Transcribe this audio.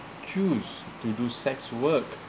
choose to do sex work